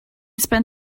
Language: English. spent